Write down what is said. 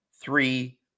three